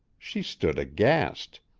she stood aghast.